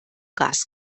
gas